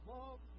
Love